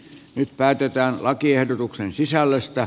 nyt päätetään lakiehdotuksen sisällöstä